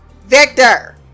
victor